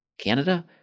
Canada